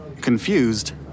Confused